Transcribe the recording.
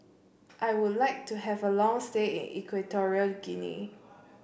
I would like to have a long stay in Equatorial Guinea